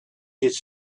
his